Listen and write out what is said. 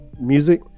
music